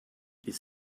this